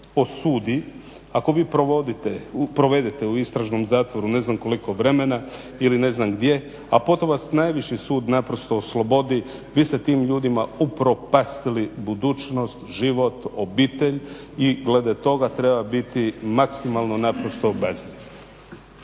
osudi ako vi provedete u istražnom zatvoru ne znam koliko vremena ili ne znam gdje, a potom vas najviši sud oslobodi vi ste tim ljudima upropastili budućnost, život, obitelj i glede toga treba biti maksimalno obazriv.